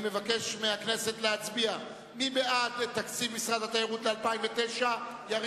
אני קובע שתקציב משרד התעשייה והמסחר